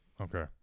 Okay